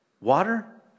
Water